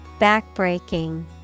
Backbreaking